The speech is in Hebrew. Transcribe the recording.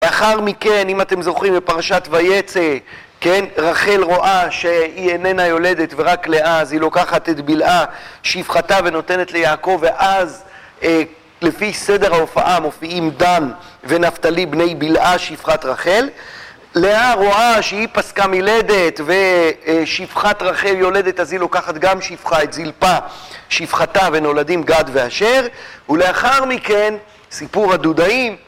לאחר מכן, אם אתם זוכרים בפרשת ויצא, כן, רחל רואה שהיא איננה יולדת ורק לאה, אז היא לוקחת את בלהה, שפחתה, ונותנת ליעקב, ואז לפי סדר ההופעה מופיעים דן ונפתלי בני בלהה, שפחת רחל. לאה רואה שהיא פסקה מילדת ושפחת רחל יולדת אז היא לוקחת גם שפחה, את זילפה, שפחתה, ונולדים גד ואשר, ולאחר מכן סיפור הדודאים